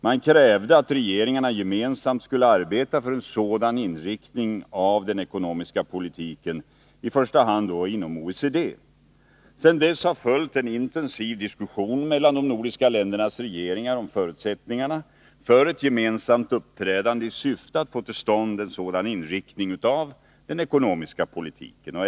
Man krävde att regeringarna gemensamt skulle arbeta för en sådan inriktning av den ekonomiska politiken, i första hand inom OECD. Sedan dess har följt en intensiv diskussion mellan de nordiska ländernas regeringar om förutsättningarna för ett gemensamt uppträdande i syfte att få tillstånd en sådan inriktning av den ekonomiska politiken.